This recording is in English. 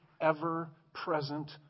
ever-present